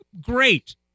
Great